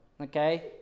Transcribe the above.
Okay